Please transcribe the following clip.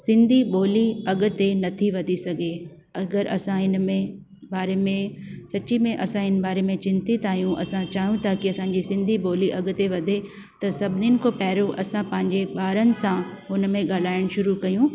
सिंधी ॿोली अॻिते नथी वधी सघे अगरि असां हिन में बारे में सच्ची में असां हिन बारे में चिंतित आहियूं असां चाहियूं था की असांजी सिंधी ॿोली अॻिते वधे त सभिनीनि खां पहिरियों असां पंहिंजे ॿारनि सां हुन में ॻाल्हाइणु शुरू कयूं